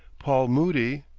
paul moody,